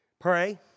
pray